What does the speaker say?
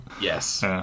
yes